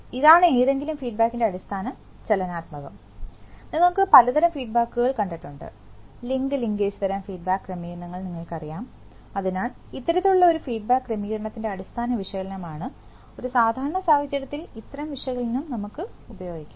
അതിനാൽ ഇതാണ് ഏതെങ്കിലും ഫീഡ്ബാക്കിൻറെ അടിസ്ഥാന ചലനാത്മകം നിങ്ങൾ പലതരം ഫീഡ്ബാക്ക് കണ്ടിട്ടുണ്ട് ലിങ്ക് ലിങ്കേജ് തരം ഫീഡ്ബാക്ക് ക്രമീകരണങ്ങൾ നിങ്ങൾക്കറിയാം അതിനാൽ ഇത്തരത്തിലുള്ള ഒരു ഫീഡ്ബാക്ക് ക്രമീകരണത്തിൻറെ അടിസ്ഥാന വിശകലനമാണിത് ഒരു സാധാരണ സാഹചര്യത്തിൽ ഇത്തരം വിശകലനം നമുക്ക് ഉപയോഗിക്കാം